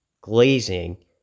glazing